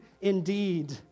indeed